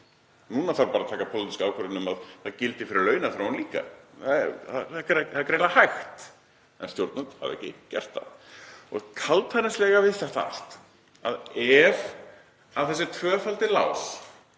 Núna þarf bara að taka pólitíska ákvörðun um að það gildi fyrir launaþróun. Það er greinilega hægt. En stjórnvöld hafa ekki gert það. Það kaldhæðnislega við þetta allt er að ef þessi tvöfaldi lás